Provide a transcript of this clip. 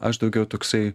aš daugiau toksai